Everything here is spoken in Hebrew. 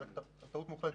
רק שזאת טעות מוחלטת,